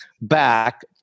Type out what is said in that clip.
back